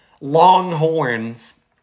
Longhorns